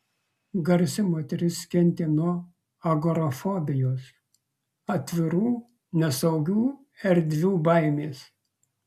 garsi moteris kentė nuo agorafobijos atvirų nesaugių erdvių baimės